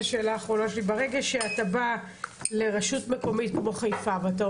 ברגע שאתה בא לרשות מקומית כמו חיפה ואתה